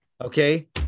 okay